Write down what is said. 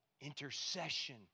Intercession